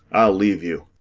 i'll leave you.